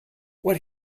what